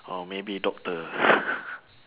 or maybe doctor